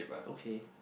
okay